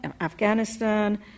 Afghanistan